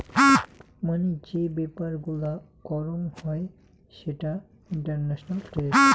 মাংনি যে ব্যাপার গুলা করং হই সেটা ইন্টারন্যাশনাল ট্রেড